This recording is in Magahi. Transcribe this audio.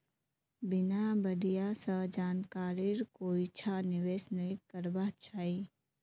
बिना बढ़िया स जानकारीर कोइछा निवेश नइ करबा चाई